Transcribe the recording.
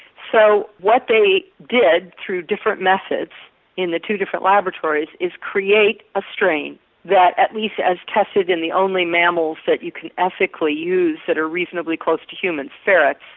so what they did through different methods in the two different laboratories is create a strain that at least as tested in the only mammals that you can ethically use that are reasonably close to humans, ferrets,